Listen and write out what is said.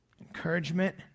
encouragement